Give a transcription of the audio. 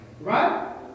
Right